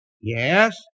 Yes